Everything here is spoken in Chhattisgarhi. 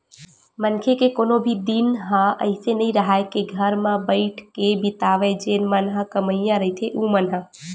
मनखे के कोनो भी दिन ह अइसे नइ राहय के घर म बइठ के बितावय जेन मन ह कमइया रहिथे ओमन ह